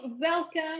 Welcome